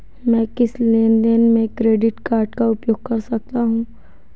मैं किस लेनदेन में क्रेडिट कार्ड का उपयोग कर सकता हूं?